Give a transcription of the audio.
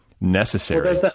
necessary